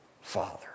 father